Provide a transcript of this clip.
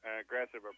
aggressive